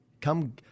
come